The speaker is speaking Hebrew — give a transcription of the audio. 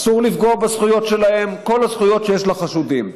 אסור לפגוע בזכויות שלהם, כל הזכויות שיש לחשודים.